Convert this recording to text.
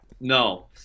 no